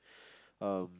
um